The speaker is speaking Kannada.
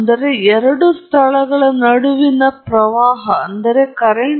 ಆದ್ದರಿಂದ ನೀವು ಪ್ರಸ್ತುತವನ್ನು ಕಳುಹಿಸಬಹುದು ಪ್ರಸ್ತುತ ಹೊರಬರುವಿರಿ